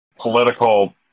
Political